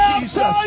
Jesus